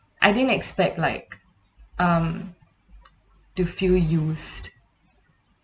I didn't expect like um to feel used